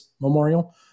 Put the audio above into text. Memorial